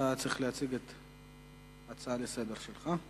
אתה צריך להציג את ההצעה לסדר-היום שלך.